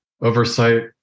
oversight